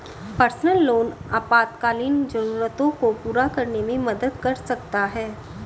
personal loan आपातकालीन जरूरतों को पूरा करने में मदद कर सकता है